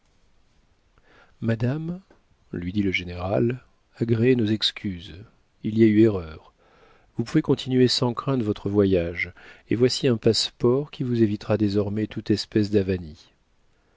madame lui dit le général agréez nos excuses il y a eu erreur vous pouvez continuer sans crainte votre voyage et voici un passe-port qui vous évitera désormais toute espèce d'avanie